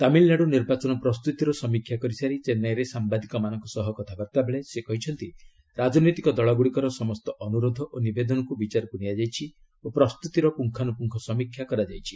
ତାମିଲନାଡୁ ନିର୍ବାଚନ ପ୍ରସ୍ତୁତିର ସମୀକ୍ଷା କରିସାରି ଚେନ୍ନାଇରେ ସାମ୍ଭାଦିକମାନଙ୍କ ସହ କଥାବାର୍ତ୍ତା ବେଳେ ସେ କହିଛନ୍ତି ରାଜନୈତିକ ଦଳଗୁଡ଼ିକର ସମସ୍ତ ଅନୁରୋଧ ଓ ନିବେଦନକୁ ବିଚାରକୁ ନିଆଯାଇଛି ଓ ପ୍ରସ୍ତୁତିର ପୁଙ୍ଗାନୁପୁଙ୍ଗ ସମୀକ୍ଷା କରାଯାଇଛି